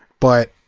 but,